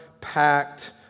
packed